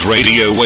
Radio